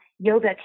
yoga